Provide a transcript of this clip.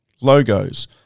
Logos